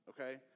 okay